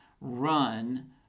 run